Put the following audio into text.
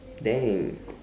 damn